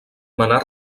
manar